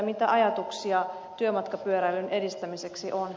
mitä ajatuksia työmatkapyöräilyn edistämiseksi on